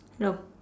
hello